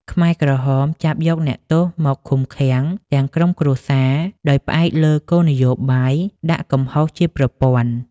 ខ្មែរក្រហមចាប់យកអ្នកទោសមកឃុំឃាំងទាំងក្រុមគ្រួសារ ដោយផ្អែកលើគោលនយោបាយដាក់កំហុសជាប្រព័ន្ធ។